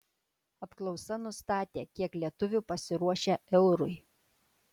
apklausa nustatė kiek lietuvių pasiruošę eurui